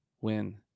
win